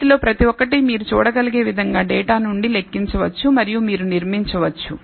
వీటిలో ప్రతి ఒక్కటి మీరు చూడగలిగే విధంగా డేటా నుండి లెక్కించవచ్చు మరియు మీరు నిర్మించవచ్చు